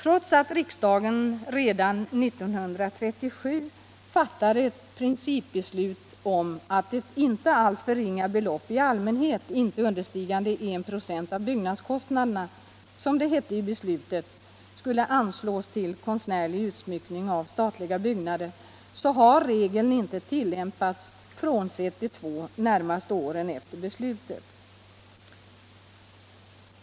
Riksdagen fattade redan 1937 ett principbeslut om att ”ett inte allt för ringa belopp. i allmänhet inte understigande en procent av byggnadskostnaderna”, som det hette i beslutet, skulle anslås till konstnärlig utsmyckning av statliga byggnader. Denna regel har inte tillämpats, frånsett de två åren närmast efter beslutet.